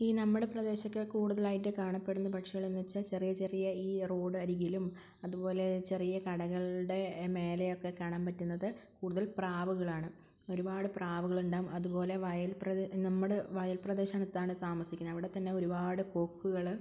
ഈ നമ്മുടെ പ്രദേശമൊക്കെ കൂടുതലായിട്ട് കാണപ്പെടുന്ന പക്ഷികൾ എന്ന് വെച്ചാൽ ചെറിയ ചെറിയ ഈ റോഡ് അരികിലും അതുപോലേ ചെറിയ കടകളുടെ മേലേ ഒക്കെ കാണാൻ പറ്റുന്നത് കൂടുതൽ പ്രാവുകളാണ് ഒരുപാട് പ്രാവുകളുണ്ടാവും അതുപോലേ വയൽ പ്രദേശം നമ്മൾ വയൽ പ്രദേശത്താണ് താമസിക്കുന്നത് അവിടെ തന്നെ ഒരുപാട് കൊക്കുകൾ